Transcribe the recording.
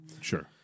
Sure